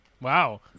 Wow